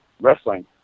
wrestling